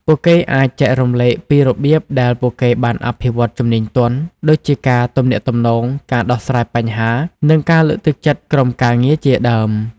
ពួកគេអាចចែករំលែកពីរបៀបដែលពួកគេបានអភិវឌ្ឍជំនាញទន់ ដូចជាការទំនាក់ទំនង ការដោះស្រាយបញ្ហា និងការលើកទឹកចិត្តក្រុមការងារជាដើម។